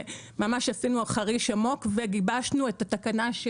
עשינו חריש עמוק וגיבשנו את התקנה.